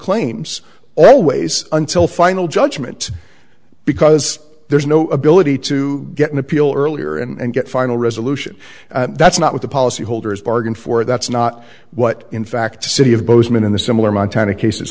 claims always until final judgment because there's no ability to get an appeal earlier and get final resolution that's not what the policyholders bargained for that's not what in fact the city of bozeman in the similar montana case